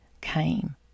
came